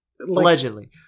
allegedly